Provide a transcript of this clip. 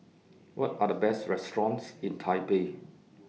What Are The Best restaurants in Taipei